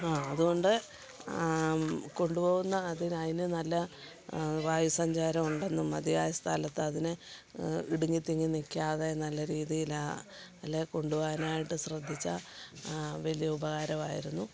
ആ അതുകൊണ്ട് കൊണ്ടു പോവുന്ന അതിന് അതിന് നല്ല വായുസഞ്ചാരം ഉണ്ടെന്നും മതിയായ സ്ഥലത്ത് അതിനെ ഇടുങ്ങി തിങ്ങി നിൽക്കാതെ നല്ല രീതിയിലാ അല്ലേ കൊണ്ടു പോകാനായിട്ട് ശ്രദ്ധിച്ചാൽ വലിയ ഉപകാരം ആയിരുന്നു